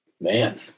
man